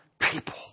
people